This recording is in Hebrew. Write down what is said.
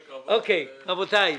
רבותיי,